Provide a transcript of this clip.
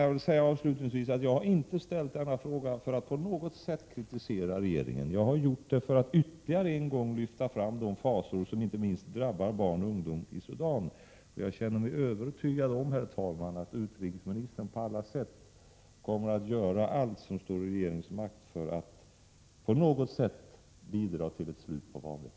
Jag vill avslutningsvis säga att jag inte ställt denna fråga för att på något sätt kritisera regeringen, utan jag har gjort det för att ytterligare en gång lyfta fram de fasor som inte minst drabbar barn och ungdom i Sudan. Jag känner mig övertygad, herr talman, om att utrikesministern kommer att göra allt som står i regeringens makt för att bidra till att få slut på fasorna.